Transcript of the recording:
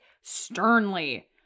sternly